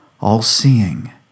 all-seeing